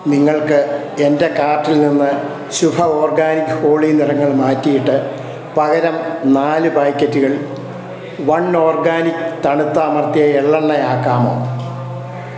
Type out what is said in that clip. നിങ്ങൾക്ക് എന്റെ കാർട്ടിൽ നിന്ന് ശുഭ ഓർഗാനിക് ഹോളീ നിറങ്ങൾ മാറ്റിയിട്ടു പകരം നാല് പാക്കറ്റുകൾ വണ്ണ് ഓർഗാനിക് തണുത്ത അമർത്തിയ എള്ളെണ്ണയാക്കാമോ